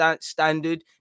standard